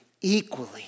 equally